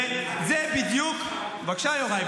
וזה בדיוק ------ בבקשה, יוראי.